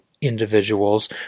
individuals